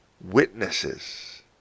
witnesses